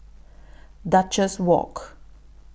Duchess Walk